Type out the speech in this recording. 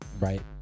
right